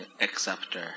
Acceptor